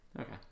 Okay